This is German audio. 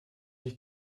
ich